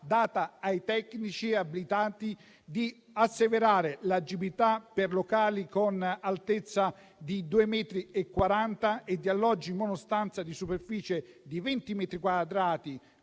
data ai tecnici abilitati, di asseverare l'agibilità per locali con altezza di 2,40 metri e di alloggi monostanza di superficie di 20